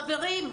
חברים,